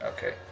Okay